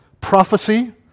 prophecy